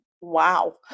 wow